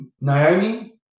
Naomi